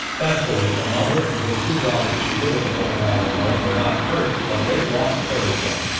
thankfully a mother and her two daughters who live in the flemming island home were not hurt but they've lost everything.